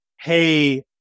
hey